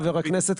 חבר הכנסת,